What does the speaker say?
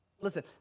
listen